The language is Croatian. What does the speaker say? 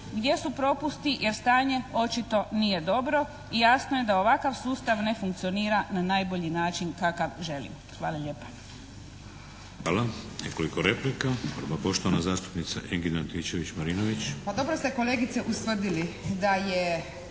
gdje su propusti jer stanje očito nije dobro i jasno je da ovakav sustav ne funkcionira na najbolji način kakav želimo. Hvala lijepa. **Šeks, Vladimir (HDZ)** Hvala. Nekoliko replika, prvo poštovana zastupnica Ingrid Antičević-Marinović. **Antičević Marinović,